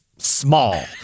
Small